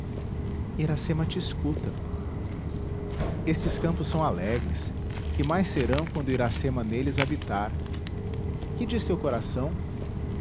iracema te escuta estes campos são alegres e mais serão quando iracema neles habitar que diz teu coração